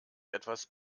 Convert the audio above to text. etwas